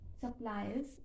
suppliers